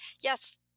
yes